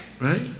right